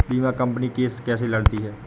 बीमा company case कैसे लड़ती है?